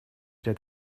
ряд